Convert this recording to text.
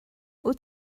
wyt